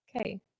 Okay